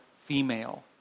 female